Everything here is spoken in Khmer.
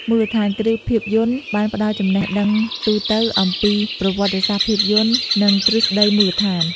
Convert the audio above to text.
មូលដ្ឋានគ្រឹះភាពយន្ត បានផ្ដល់ចំណេះដឹងទូទៅអំពីប្រវត្តិសាស្ត្រភាពយន្ត និងទ្រឹស្តីមូលដ្ឋាន។